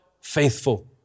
faithful